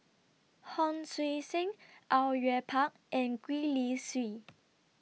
Hon Sui Sen Au Yue Pak and Gwee Li Sui